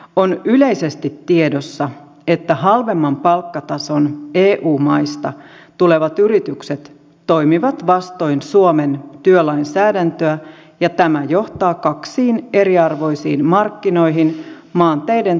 on yleisesti tiedossa että halvemman palkkatason eu maista tulevat yritykset toimivat vastoin suomen työlainsäädäntöä ja tämä johtaa kaksiin eriarvoisiin markkinoihin maanteiden tavaraliikenteessä